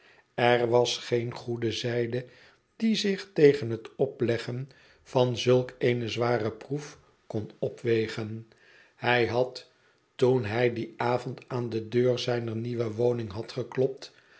er was geen goede zijde die tegen het opleggen van zulk eene zware proef kon opwegen hij had toen hij dien avond aan de deur zijner nieuwe woning had geklopt